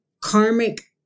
karmic